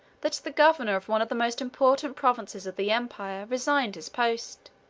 that the governor of one of the most important provinces of the empire resigned his post.